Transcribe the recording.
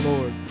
Lord